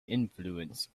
influence